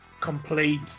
complete